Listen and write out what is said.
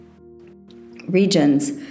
regions